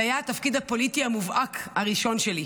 זה היה התפקיד הפוליטי המובהק הראשון שלי.